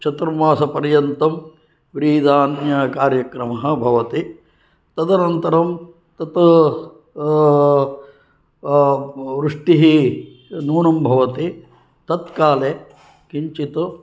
चतुर्मासपर्यन्तं व्रीहिधान्यकार्यक्रमः भवति तदनन्तरं तत् वृष्टिः नूनंभवति तत्काले किञ्चित्